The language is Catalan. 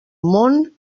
món